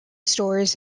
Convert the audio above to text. stores